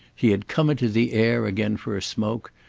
he had come into the air again for a smoke,